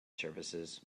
services